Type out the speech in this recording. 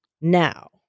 Now